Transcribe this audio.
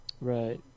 right